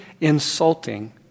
insulting